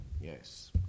Yes